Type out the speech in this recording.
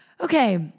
Okay